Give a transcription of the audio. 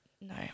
No